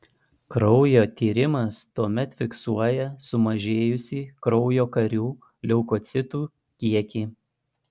kraujo tyrimas tuomet fiksuoja sumažėjusį kraujo karių leukocitų kiekį